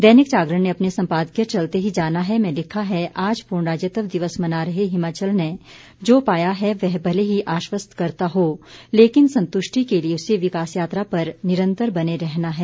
दैनिक जागरण ने अपने सम्पादकीय चलते ही जाना है में लिखा है आज पूर्ण राज्यत्व दिवस मना रहे हिमाचल ने जो पाया है वह भले ही आश्वस्त करता हो लेकिन संतुष्टि के लिए उसे विकास यात्रा पर उसे निरंतर बने रहना है